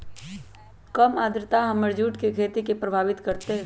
कम आद्रता हमर जुट के खेती के प्रभावित कारतै?